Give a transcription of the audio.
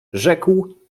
rzekł